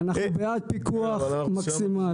אנחנו בעד פיקוח מקסימלי?